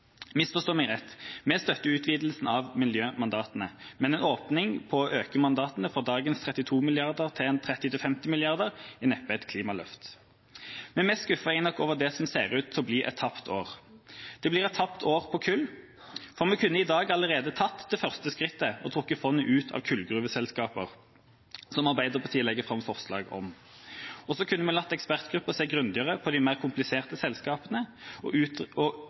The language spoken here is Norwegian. Misforstå meg rett; vi støtter utvidelsen av miljømandatene, men en åpning for å øke mandatet fra dagens 32 mrd. kr til 30–50 mrd. kr er neppe et klimaløft. Men mest skuffet er jeg nok over det som ser ut til å bli et tapt år. Det blir et tapt år på kull, for vi kunne allerede i dag tatt det første skrittet og trukket fondet ut av kullgruveselskaper, som Arbeiderpartiet legger fram forslag om. Så kunne vi latt ekspertgruppa se grundigere på de mer kompliserte selskapene og